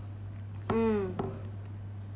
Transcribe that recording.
mm